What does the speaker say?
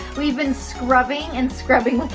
we've been scrubbing and scrubbing.